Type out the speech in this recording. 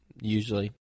usually